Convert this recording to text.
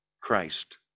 Christ